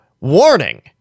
warning